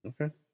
Okay